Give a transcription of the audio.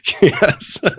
yes